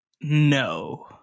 No